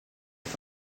est